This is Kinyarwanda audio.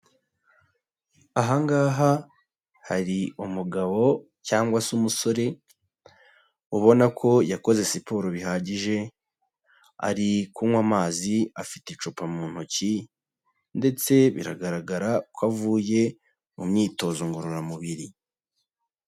Aha ngaha hari umugabo cyangwa se umusore, ubona ko yakoze siporo bihagije, ari kunywa amazi afite icupa mu ntoki ndetse biragaragara ko avuye mu myitozo ngororamubiri.